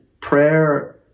prayer